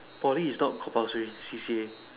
Poly is not compulsory C_C_A